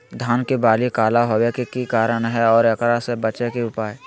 धान के बाली काला होवे के की कारण है और एकरा से बचे के उपाय?